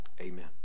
Amen